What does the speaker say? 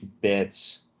bits